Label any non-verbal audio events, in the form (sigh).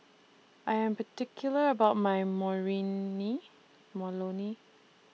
I Am particular about My (unintelligible)